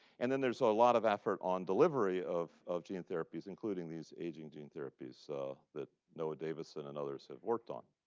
and then there's so a lot of effort on delivery of of gene therapies, including these aging gene therapies that noah davidson and others have worked on.